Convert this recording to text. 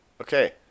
Okay